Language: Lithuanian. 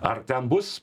ar ten bus